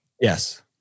Yes